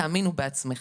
תאמינו בעצמיכן.